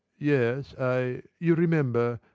yes i you remember.